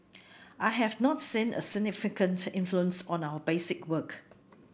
I have not seen a significant influence on our basic work